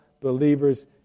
believers